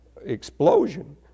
explosion